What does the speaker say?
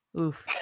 oof